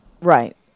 Right